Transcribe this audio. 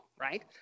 right